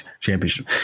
championship